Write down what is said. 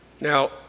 Now